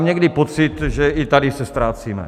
Někdy mám pocit, že i tady se ztrácíme.